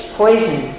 poison